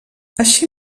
així